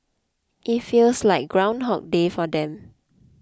it feels like groundhog day for them